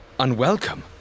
Unwelcome